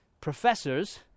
professors